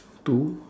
two